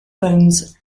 bones